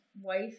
wife